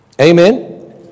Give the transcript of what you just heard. Amen